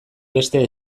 beste